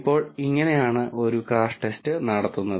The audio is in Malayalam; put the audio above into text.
ഇപ്പോൾ ഇങ്ങനെയാണ് ഒരു ക്രാഷ് ടെസ്റ്റ് നടത്തുന്നത്